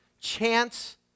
chance